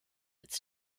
its